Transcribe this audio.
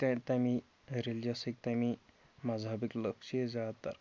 تہٕ تَمی ریٚلجَسٕکۍ تَمی مَذہبٕکۍ لٕک چھِ ییٚتہِ زیادٕ تَر